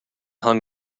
hung